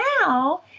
now